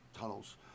tunnels